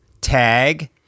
Tag